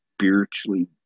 spiritually